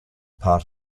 part